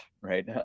right